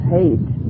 hate